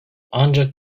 ancak